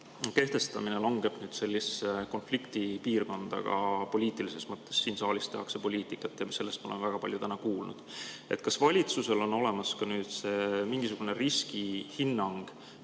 kehtestamine langeb sellisesse konfliktipiirkonda ka poliitilises mõttes. Siin saalis tehakse poliitikat ja sellest me oleme täna väga palju kuulnud. Kas valitsusel on olemas ka mingisugune riskihinnang